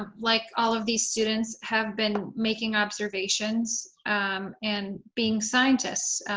like all of these students, have been making observations and and being scientists.